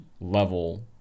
level